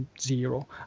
zero